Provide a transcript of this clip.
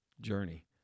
journey